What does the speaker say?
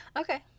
Okay